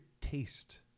taste